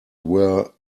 were